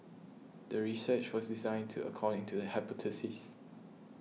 the research was designed to according to the hypothesis